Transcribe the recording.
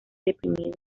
deprimido